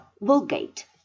Vulgate